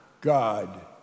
God